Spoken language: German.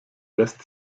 lässt